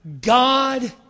God